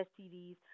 STDs